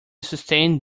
sustained